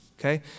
Okay